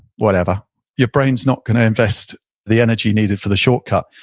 whatever your brain's not going to invest the energy needed for the shortcut.